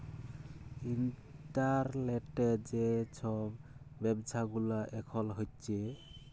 ইলটারলেটে যে ছব ব্যাব্ছা গুলা এখল হ্যছে